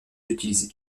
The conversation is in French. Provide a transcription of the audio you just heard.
utilisé